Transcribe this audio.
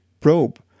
probe